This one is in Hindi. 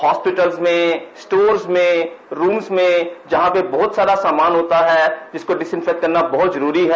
हास्पिटल में स्टोर्स में रूम में जहां पर बहुत सारा सामान होता है इसको डिस्इंफेक्टेट करना बहुत जरूरी है